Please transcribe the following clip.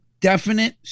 definite